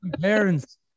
parents